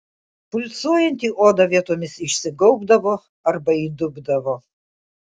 pulsuojanti oda vietomis išsigaubdavo arba įdubdavo